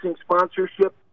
sponsorship